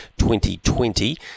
2020